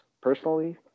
personally